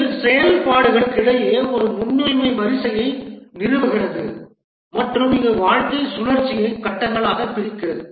இது செயல்பாடுகளிடையே ஒரு முன்னுரிமை வரிசையை நிறுவுகிறது மற்றும் இது வாழ்க்கைச் சுழற்சியை கட்டங்களாகப் பிரிக்கிறது